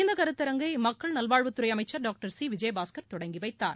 இந்த கருத்தரங்கை மக்கள் நல்வாழ்வுத் துறை அமைச்சர் டாக்டர் சி விஜயபாஸ்கர் தொடங்கி வைத்தார்